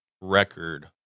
record